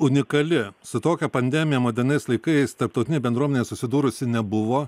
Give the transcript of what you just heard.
unikali su tokia pandemija moderniais laikais tarptautinė bendruomenė susidūrusi nebuvo